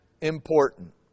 important